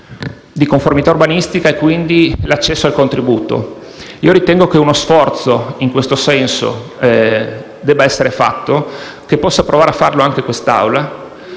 da parte del tecnico e quindi l'accesso al contributo. Ritengo che uno sforzo in questo senso debba essere fatto e che possa provare a farlo anche l'Assemblea